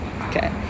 okay